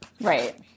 Right